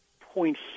point